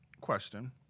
question